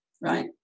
right